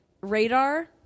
Radar